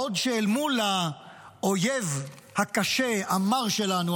בעוד שאל מול האויב הקשה והמר שלנו,